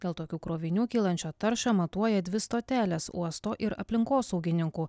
dėl tokių krovinių kylančią taršą matuoja dvi stotelės uosto ir aplinkosaugininkų